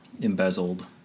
embezzled